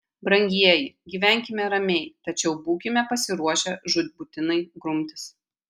brangieji gyvenkime ramiai tačiau būkime pasiruošę žūtbūtinai grumtis